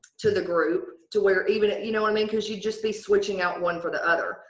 to the group to where even if you know i mean because you just be switching out one for the other.